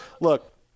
Look